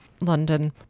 London